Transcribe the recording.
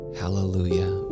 hallelujah